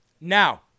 Now